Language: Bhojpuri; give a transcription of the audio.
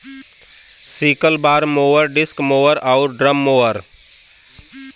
sickle bar mower, disc mower आउर ड्रम मोवर